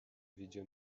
видео